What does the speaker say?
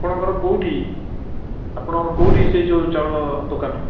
ଆପଙ୍କର କେଉଁଠି ଆପଣଙ୍କର କେଉଁଠି ସେ ଯେଉଁ ଚାଉଳ ଦୋକାନ